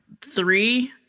three